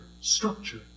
structure